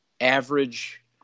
average